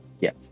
Yes